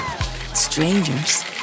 strangers